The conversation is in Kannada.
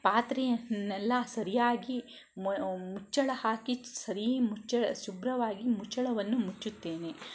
ಪಾತ್ರೆಯನ್ನೆಲ್ಲ ಸರಿಯಾಗಿ ಮ ಮುಚ್ಚಳ ಹಾಕಿ ಸರಿ ಮುಚ್ಚಳ ಶುಭ್ರವಾಗಿ ಮುಚ್ಚಳವನ್ನು ಮುಚ್ಚುತ್ತೇನೆ